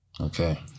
Okay